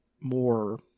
more